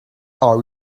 are